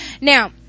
Now